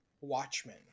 Watchmen